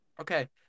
Okay